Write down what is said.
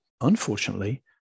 Unfortunately